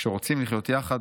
כשרוצים לחיות יחד,